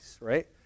right